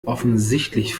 offensichtlich